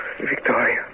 Victoria